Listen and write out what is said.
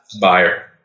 buyer